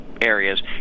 areas